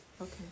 Okay